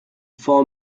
four